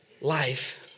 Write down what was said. life